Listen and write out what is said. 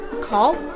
Call